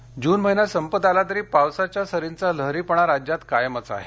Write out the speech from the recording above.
हवामान जून महिना संपत आला तरी पावसाच्या सरींचा लहरीपणा राज्यात कायमच आहे